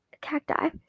cacti